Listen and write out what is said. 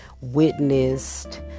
witnessed